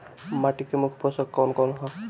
माटी में मुख्य पोषक कवन कवन ह?